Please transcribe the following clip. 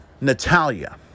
Natalia